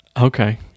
okay